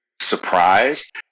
surprised